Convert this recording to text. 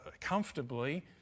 comfortably